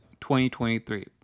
2023